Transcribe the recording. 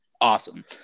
awesome